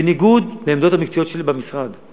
בניגוד לעמדות המקצועיות במשרד שלי.